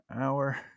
hour